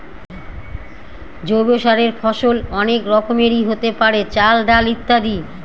জৈব চাষের ফসল অনেক রকমেরই হতে পারে, চাল, ডাল ইত্যাদি